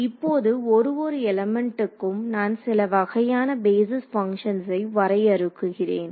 இப்போது ஒரு ஒரு எலிமெண்ட்டுக்கும் நான் சில வகையான பேஸிஸ் பங்க்ஷன்ஸை வரையறுக்கிறேன்